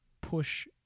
push